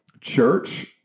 church